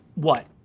what?